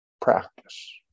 practice